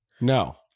No